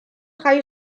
high